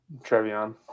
Trevion